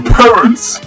parents